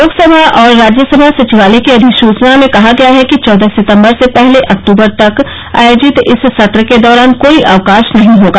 लोकसभा और राज्यसभा सचिवालय की अधिसूचना में कहा गया है कि चौदह सितंबर से पहली अक्तूबर तक आयोजित इस सत्र के दौरान कोई अवकाश नहीं होगा